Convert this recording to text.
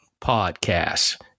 podcasts